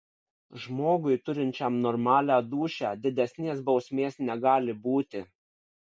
žmogui turinčiam normalią dūšią didesnės bausmės negali būti